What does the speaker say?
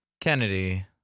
Kennedy